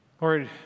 Lord